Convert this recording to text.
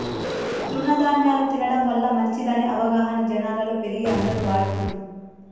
తృణ ధ్యాన్యాలు తినడం వల్ల మంచిదనే అవగాహన జనాలలో పెరిగి అందరు వాడుతున్లు